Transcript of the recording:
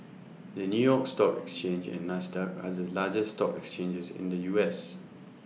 the new york stock exchange and Nasdaq are the largest stock exchanges in the U S